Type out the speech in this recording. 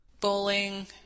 Bowling